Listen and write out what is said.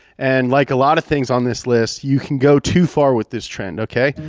and like a lot of things on this list, you can go too far with this trend, okay.